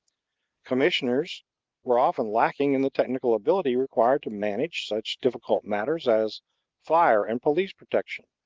commissioners were often lacking in the technical ability required to manage such difficult matters as fire and police protection,